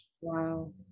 Wow